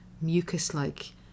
mucus-like